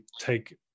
take